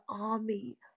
army